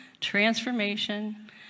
transformation